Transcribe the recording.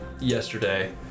yesterday